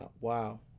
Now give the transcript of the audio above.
Wow